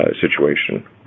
situation